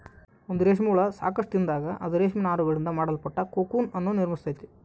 ಒಂದು ರೇಷ್ಮೆ ಹುಳ ಸಾಕಷ್ಟು ತಿಂದಾಗ, ಅದು ರೇಷ್ಮೆ ನಾರುಗಳಿಂದ ಮಾಡಲ್ಪಟ್ಟ ಕೋಕೂನ್ ಅನ್ನು ನಿರ್ಮಿಸ್ತೈತೆ